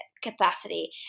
capacity